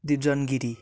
Dipjan Giri